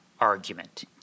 Argument